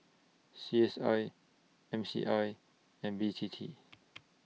C S I M C I and B T T